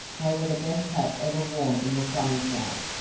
they were the best hats ever worn in the sunny south,